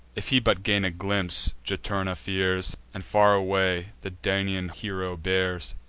if he but gain a glimpse, juturna fears, and far away the daunian hero bears.